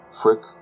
Frick